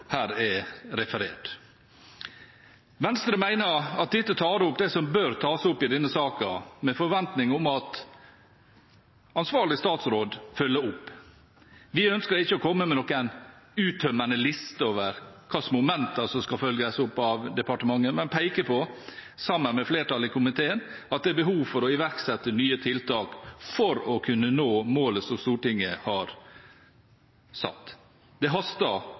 referert. Venstre mener at dette tar opp det som bør tas opp i denne saken, med forventning om at ansvarlig statsråd følger opp. Vi ønsker ikke å komme med noen uttømmende liste over hvilke momenter som skal følges opp av departementet, men peker på, sammen med flertallet i komiteen, at det er behov for å iverksette nye tiltak for å kunne nå målet som Stortinget har satt. Det haster